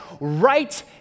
right